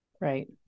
right